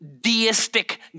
deistic